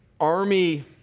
army